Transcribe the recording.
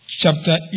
chapter